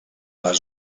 les